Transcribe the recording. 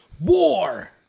war